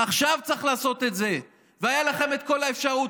עכשיו צריך לעשות את זה, והייתה לכם כל האפשרות.